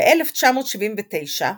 ב-1979,